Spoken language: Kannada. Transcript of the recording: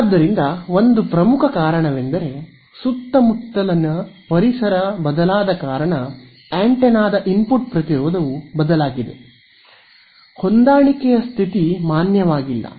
ಆದ್ದರಿಂದ ಒಂದು ಪ್ರಮುಖ ಕಾರಣವೆಂದರೆ ಸುತ್ತಮುತ್ತಲಿನ ಪರಿಸರ ಬದಲಾದ ಕಾರಣ ಆಂಟೆನಾದ ಇನ್ಪುಟ್ ಪ್ರತಿರೋಧವು ಬದಲಾಗಿದೆ ಆದ್ದರಿಂದ ಹೊಂದಾಣಿಕೆಯ ಸ್ಥಿತಿ ಮಾನ್ಯವಾಗಿಲ್ಲ